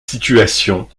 situation